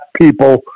people